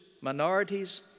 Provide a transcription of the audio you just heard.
minorities